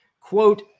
quote